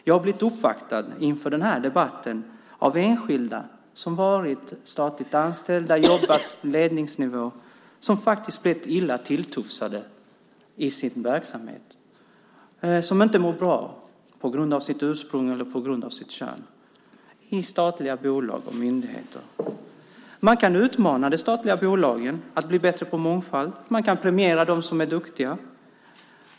Jag har blivit uppvaktad inför den här debatten av enskilda som har varit statligt anställda i bolag och myndigheter - de har jobbat på ledningsnivå - som faktiskt har blivit illa tilltufsade i sina verksamheter på grund av deras ursprung eller kön. De mår inte bra. Man kan utmana de statliga bolagen att bli bättre på mångfald. Man kan premiera dem som är duktiga.